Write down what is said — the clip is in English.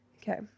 Okay